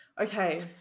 okay